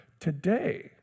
today